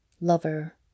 lover